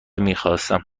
میخواستم